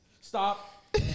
Stop